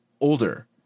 older